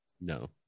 No